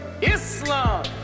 Islam